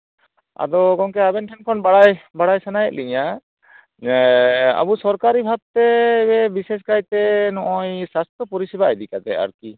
ᱟᱫᱚ ᱜᱚᱝᱠᱮ ᱟᱵᱮᱱ ᱴᱷᱮᱱ ᱠᱷᱚᱱ ᱵᱟᱲᱟᱭ ᱵᱟᱲᱟᱭ ᱥᱟᱱᱟᱭᱮᱫ ᱞᱤᱧᱟᱹ ᱟᱵᱚ ᱥᱚᱨᱠᱟᱨᱤ ᱵᱷᱟᱵᱽ ᱛᱮ ᱵᱤᱥᱮᱥ ᱠᱟᱭᱛᱮ ᱱᱚᱜᱼᱚᱭ ᱥᱟᱥᱛᱷᱚ ᱯᱚᱨᱤᱥᱮᱵᱟ ᱤᱫᱤ ᱠᱟᱛᱮ ᱟᱨᱠᱤ